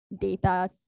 data